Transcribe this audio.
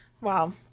Wow